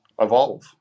evolve